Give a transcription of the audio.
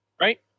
Right